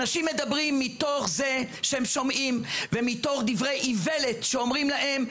אנשים מדברים מתוך זה שהם שומעים ומתוך דברי איוולת שאומרים להם.